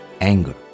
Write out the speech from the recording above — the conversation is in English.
anger